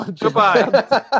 Goodbye